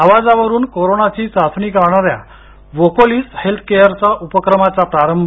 आवाजावरुन कोरोनाची चाचणी करणाऱ्या व्होकलिस हेल्थकेअर उपक्रमाचा प्रारंभ